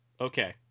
okay